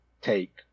take